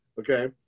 Okay